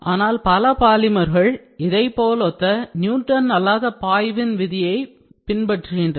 ஆனால் இப்பொழுது பல பாலிமர்கள் இதேபோலொத்த நியூட்டன் அல்லாத பாய்வின் விதியை பின்பற்றுகின்றன